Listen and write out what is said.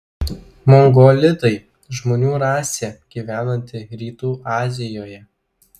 mongolidai žmonių rasė gyvenanti rytų azijoje